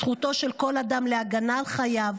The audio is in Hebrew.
זכותו של כל אדם להגנה על חייו.